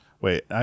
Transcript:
wait